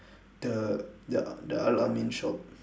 the the the al ameen shop